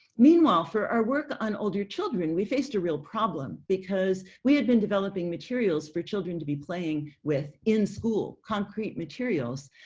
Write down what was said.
meanwhile, for our work on older children we faced a real problem because we had been developing materials for children to be playing with in school concrete materials.